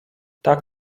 tak